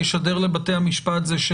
ברמה התיאורטית של איך